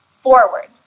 forward